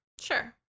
sure